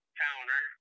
counter